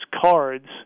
cards